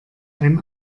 ein